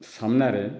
ସାମନାରେ